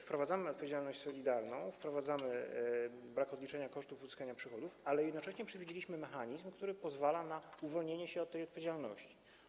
Wprowadzamy odpowiedzialność solidarną, wprowadzamy brak rozliczenia kosztów uzyskania przychodów, ale jednocześnie przewidzieliśmy mechanizm, który pozwala na uwolnienie się od tej odpowiedzialności.